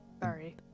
sorry